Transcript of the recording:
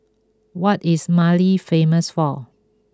what is Mali famous for